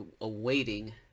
awaiting